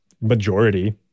majority